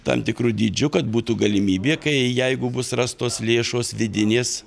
tam tikru dydžiu kad būtų galimybė kai jeigu bus rastos lėšos vidinės